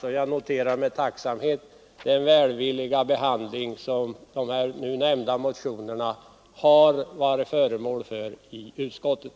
Med tacksamhet noterar jag den välvilliga behandling som de nu nämnda motionerna varit föremål för i utskottet.